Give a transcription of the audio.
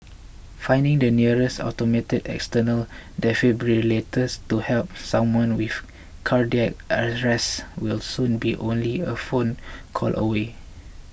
finding the nearest automated external defibrillator to help someone with cardiac arrest will soon be only a phone call away